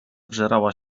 wżerała